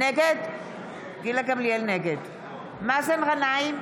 נגד מאזן גנאים,